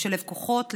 לשלב כוחות,